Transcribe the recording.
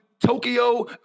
Tokyo